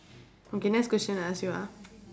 okay next question I ask you ah